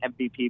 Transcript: MVP